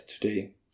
today